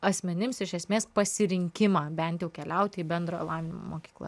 asmenims iš esmės pasirinkimą bent jau keliauti į bendrojo lavinimo mokyklą